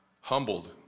humbled